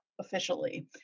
officially